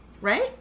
Right